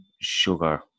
sugar